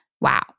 Wow